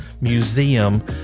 museum